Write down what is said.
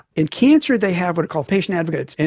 in cancer they have what are called patient advocates,